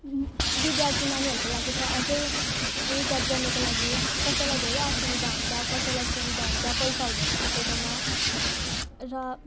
विद्यार्थी नानीहरूको लागि त अझै रिचार्ज गर्नुको लागि कसैलाई धेरै असुविधा हुन्छ कसैलाई सुविधा हुन्छ पैसा हुँदैन कसैकोमा र